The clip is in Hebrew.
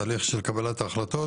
לקראת הדיון בתכנית,